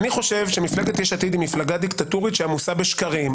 אני חושב שמפלגת יש עתיד היא מפלגה דיקטטורית שעמוסה בשקרים,